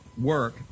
work